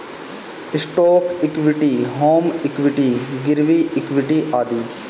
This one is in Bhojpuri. स्टौक इक्वीटी, होम इक्वीटी, गिरवी इक्वीटी आदि